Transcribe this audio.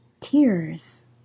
tears